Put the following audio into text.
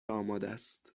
آمادست